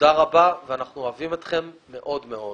תודה רבה ואנחנו אוהבים אתכן מאוד מאוד.